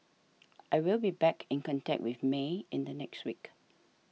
I will be back in contact with May in the next week